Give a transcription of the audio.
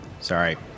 Sorry